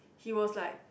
he was like